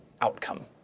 outcome